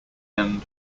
end